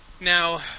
Now